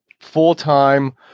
full-time